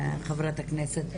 חברת הכנסת,